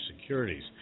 securities